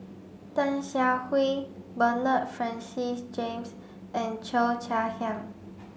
Tan Siah Kwee Bernard Francis James and Cheo Chai Hiang